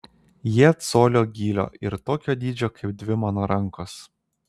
jie colio gylio ir tokio dydžio kaip dvi mano rankos